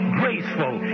graceful